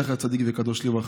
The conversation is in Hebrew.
זכר צדיק וקדוש לברכה,